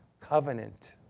covenant